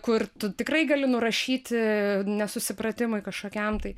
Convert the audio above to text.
kur tu tikrai gali nurašyti nesusipratimui kažkokiam tai